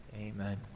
amen